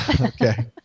okay